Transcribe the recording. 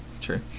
true